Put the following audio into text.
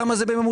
למה זה בממוצע?